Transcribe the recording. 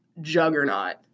juggernaut